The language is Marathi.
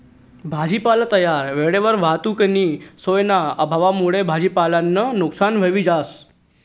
भाजीपाला तयार व्हयेलवर वाहतुकनी सोयना अभावमुये भाजीपालानं नुकसान व्हयी जास